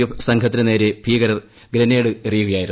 F സംഘ്ചിത്തിനു നേരെ ഭീകരർ ഗ്രനേഡ് എറിയുകയായിരുന്നു